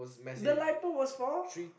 the Lipo was for